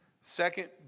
second